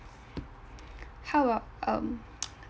how about um